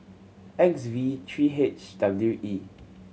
X V three H W E